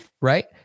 Right